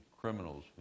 criminals